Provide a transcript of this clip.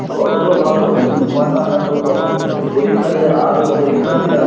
তো অতটাও ভালো পারতাম না তো তখন পরীক্ষা দেওয়া আরো পরীক্ষার্থীরা